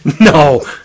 No